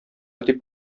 дип